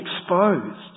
exposed